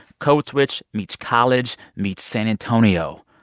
code switch meets college meets san antonio.